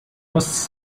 was